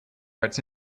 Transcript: its